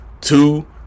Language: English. two